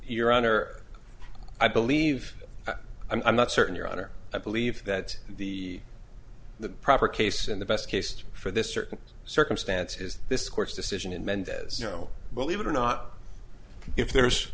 your honor i believe i'm not certain your honor i believe that the the proper case in the best case for this certain circumstance is this court's decision in mendez you know believe it or not if there's